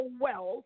wealth